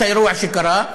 את האירוע שקרה,